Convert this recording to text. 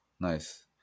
Nice